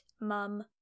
Mum